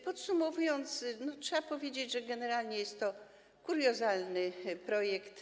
Podsumowując, trzeba powiedzieć, że generalnie jest to kuriozalny projekt.